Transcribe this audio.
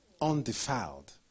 undefiled